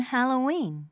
Halloween